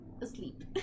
asleep